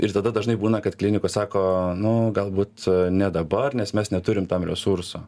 ir tada dažnai būna kad klinikos sako nu galbūt ne dabar nes mes neturim tam resurso